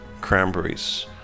cranberries